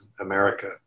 America